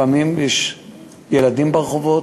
לפעמים יש ילדים ברחובות,